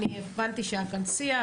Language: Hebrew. אני הבנתי שהיה כאן שיח,